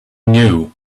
knew